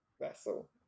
vessel